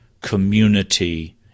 community